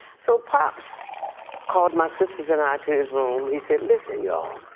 so pops called my sisters and i to his room, he said listen y'all,